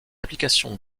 application